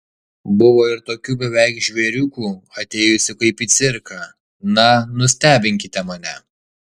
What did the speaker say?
buvo ir tokių beveik žvėriukų atėjusių kaip į cirką na nustebinkite mane